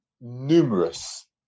numerous